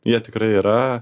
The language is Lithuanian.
jie tikrai yra